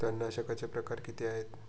तणनाशकाचे प्रकार किती आहेत?